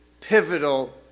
pivotal